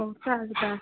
ꯑꯣ ꯇꯥꯔꯦ ꯇꯥꯔꯦ